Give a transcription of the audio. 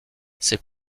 ses